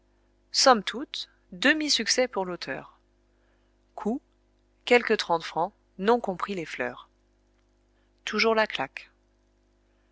somme toute demi-succès pour l'auteur coût quelque trente francs non compris les fleurs toujours